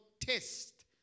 test